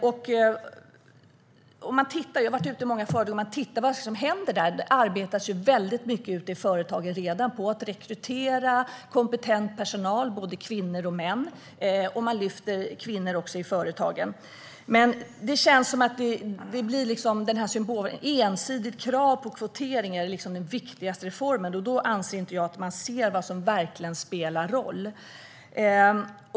Jag har varit ute på många företag, och det arbetas mycket med att rekrytera kompetent personal, både kvinnor och män, och man lyfter också kvinnor i företagen. När det gäller den här symbolhandlingen är ett ensidigt krav på kvotering den viktigaste reformen, och jag anser att man inte ser vad som verkligen spelar roll.